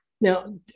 Now